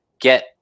get